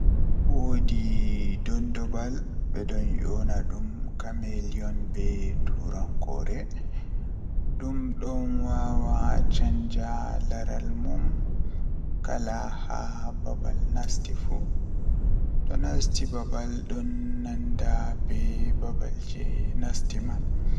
Ah ndikka himɓe maraa ɓikkon Ko sabu ngal, warti ɓe heɓata moƴƴi e laawol e soodun nder ɗam, hokkataa e fowru e tawti laawol, jeyaaɓe e waɗtude caɗeele. Ko tawa warti ɓe heɓata moƴƴi e maɓɓe e laawol ngal tawa kuutorde kafooje ɓe, yaafa ɓe njogi saɗde e heɓuɓe. Warti wondi kaɓɓe njahi loowaaji ngam jooɗuɓe ɗe waawataa e waɗtuɗe ko wi'a e waɗtude.